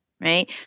right